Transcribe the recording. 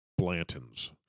Blantons